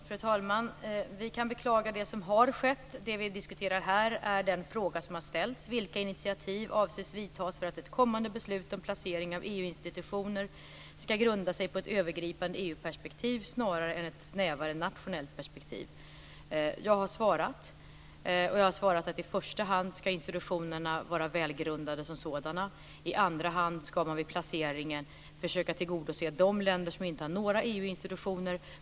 Fru talman! Vi kan beklaga det som har skett. Det som vi diskuterar här är den fråga som har ställts om vilka initiativ som avses vidtas för att ett kommande beslut om placering av EU-institutioner ska grunda sig på ett övergripande EU-perspektiv snarare än ett snävare nationellt perspektiv. Jag har svarat, och jag har svarat att institutionerna i första hand ska vara välgrundade som sådana och att man i andra hand vid placeringen försöka tillgodose de länder som inte har några EU-institutioner.